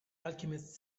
alchemist